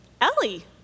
Ellie